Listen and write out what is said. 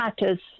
matters